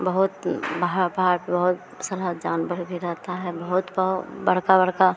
बहुत वहाँ पहाड़ पर बहुत सारा जानवर भी रहता है बहुत बहो बड़का बड़का